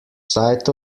sight